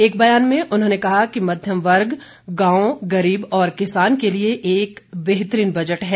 एक बयान में उन्होंने कहा कि मध्यम वर्ग गांव गरीब और किसान के लिए ये एक बेहतरीन बजट है